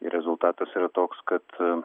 ir rezultatas yra toks kad